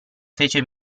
fece